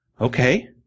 Okay